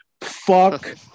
fuck